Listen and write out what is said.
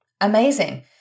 Amazing